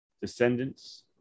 Descendants